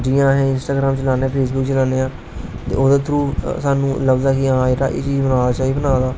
जियां अस इस्ट्रग्रांम चलान्ने आं फेसबुक चलान्ने आं ओहदे थ्रू स्हानू लगदा कि हां एह् स्हेई बना दा